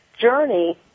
journey